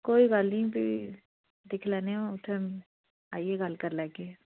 कोई गल्ल निं भी दिक्खी लैने आं उत्थें आइयै गल्ल करी लैगे